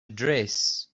dress